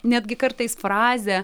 netgi kartais frazė